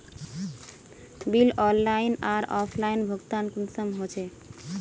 Bill online आर offline भुगतान कुंसम होचे?